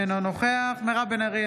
אינו נוכח מירב בן ארי,